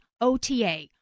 OTA